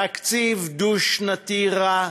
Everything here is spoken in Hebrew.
תקציב דו-שנתי רע,